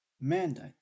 mandate